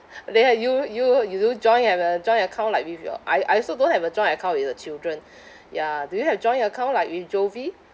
then you you you do joint have a joint account like with your I I also don't have a joint account with the children ya do you have joint account like with jovie